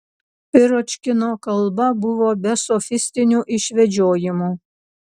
piročkino kalba buvo be sofistinių išvedžiojimų